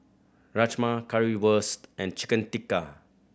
Rajma Currywurst and Chicken Tikka